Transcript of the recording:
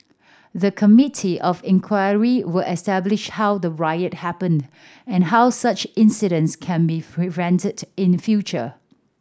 the Committee of Inquiry will establish how the riot happened and how such incidents can be prevented in future